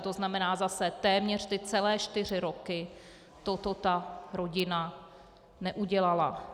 To znamená zase téměř ty celé čtyři roky toto ta rodina neudělala.